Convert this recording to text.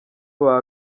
baba